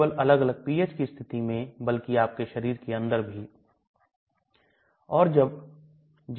इसलिए हमें घुलनशीलता को समझने के लिए शरीर क्रिया विज्ञान को और इसलिए दवा की कार्यशैली को समझने की आवश्यकता है